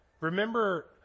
remember